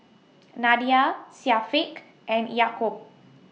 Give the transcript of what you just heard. Nadia Syafiq and Yaakob